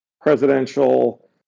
presidential